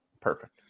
Perfect